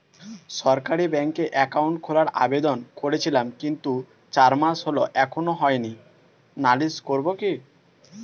সরকারি ব্যাংকে একাউন্ট খোলার আবেদন করেছিলাম কিন্তু চার মাস হল এখনো হয়নি নালিশ করব কি?